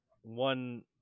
one